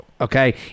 Okay